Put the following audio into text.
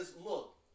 look